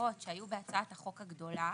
הגדרות שהיו בהצעת החוק הגדולה,